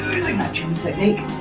using that chimney technique,